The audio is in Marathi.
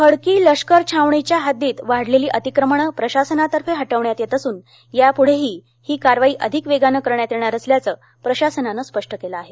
खडकी लष्कर छावणीच्या हद्दीत वाढलेली अतिक्रमणे प्रशासनातर्फे हटविण्यात येत असून यापुढेही ही कारवाई अधिक वेगाने करण्यात येणार असल्याचं प्रशासनानं स्पष्ट केलं आहे